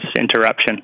interruption